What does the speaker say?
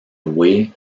wei